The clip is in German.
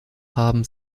haben